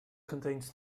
contains